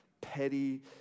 petty